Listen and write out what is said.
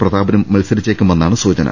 പ്രതാപനും മത്സരിച്ചേക്കുമെന്നാണ് സൂച ന